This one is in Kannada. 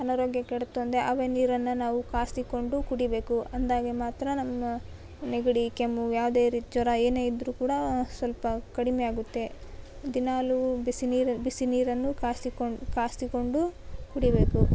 ಅನಾರೋಗ್ಯ ಕೆಡುತ್ತೆ ಅಂದರೆ ಅದೆ ನೀರನ್ನು ನಾವು ಕಾಸಿಕೊಂಡು ಕುಡಿಬೇಕು ಅಂದಾಗ ಮಾತ್ರ ನಮ್ಮ ನೆಗಡಿ ಕೆಮ್ಮು ಯಾವುದೆ ರೀತಿ ಜ್ವರ ಏನೇ ಇದ್ದರು ಕೂಡ ಸ್ವಲ್ಪ ಕಡಿಮೆ ಆಗುತ್ತೆ ದಿನಾಲು ಬಿಸಿ ನೀರು ಬಿಸಿ ನೀರನ್ನು ಕಾಸಿಕೊಂಡು ಕಾಸಿಕೊಂಡು ಕುಡಿಬೇಕು